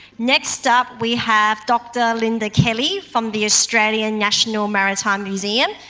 next up we have dr lynda kelly from the australian national maritime museum.